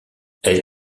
elle